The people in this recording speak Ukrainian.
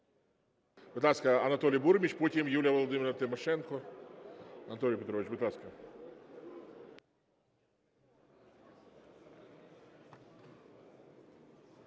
ласка, Анатолій Бурміч, потім – Юлія Володимирівна Тимошенко. Анатолій Петрович, будь ласка.